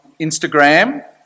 Instagram